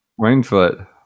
Wingfoot